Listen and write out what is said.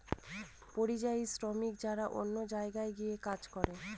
পরিযায়ী শ্রমিক যারা অন্য জায়গায় গিয়ে কাজ করে